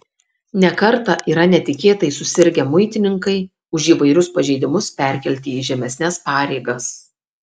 ne kartą yra netikėtai susirgę muitininkai už įvairius pažeidimus perkelti į žemesnes pareigas